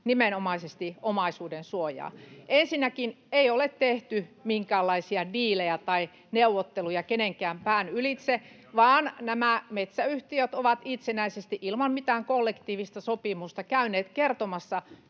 nimenomaisesti omaisuudensuojaa. Ensinnäkin, ei ole tehty minkäänlaisia diilejä tai neuvotteluja kenenkään pään ylitse, vaan nämä metsäyhtiöt ovat itsenäisesti ilman mitään kollektiivista sopimusta käyneet kertomassa